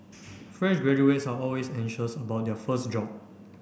fresh graduates are always anxious about their first job